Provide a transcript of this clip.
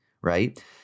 right